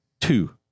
two